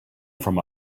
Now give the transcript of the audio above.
from